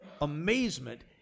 amazement